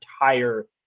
entire